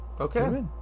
Okay